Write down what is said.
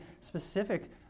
specific